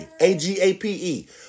A-G-A-P-E